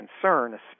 concern